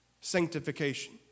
sanctification